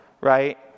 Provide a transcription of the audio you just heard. right